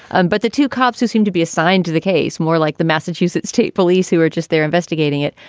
and but the two cops who seem to be assigned to the case, more like the massachusetts state police who were just there investigating it,